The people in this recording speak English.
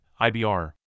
IBR